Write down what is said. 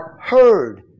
heard